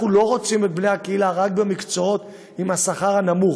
אנחנו לא רוצים את בני הקהילה רק במקצועות עם השכר הנמוך,